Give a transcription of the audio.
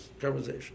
conversation